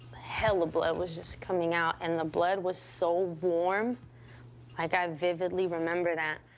hella blood was just coming out, and the blood was so warm. like i vividly remember that.